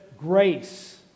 grace